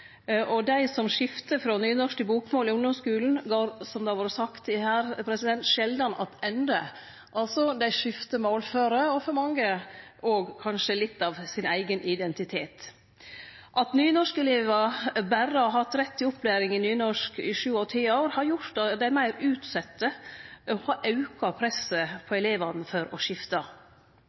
ungdomsskulen, går, som det har vore sagt her, sjeldan attende. Dei skiftar målform, og for mange òg kanskje litt av sin eigen identitet. At nynorskelevar berre har hatt rett til opplæring i nynorsk i sju av ti år, har gjort dei meir utsette og har auka presset på elevane for å skifte.